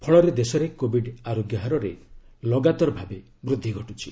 ଫଳରେ ଦେଶରେ କୋବିଡ ଆରୋଗ୍ୟହାରରେ ଲଗାତର ଭାବେ ବୃଦ୍ଧି ଘଟୁଛି